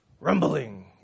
rumbling